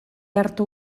arto